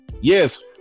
yes